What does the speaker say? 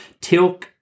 Tilk